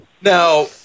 Now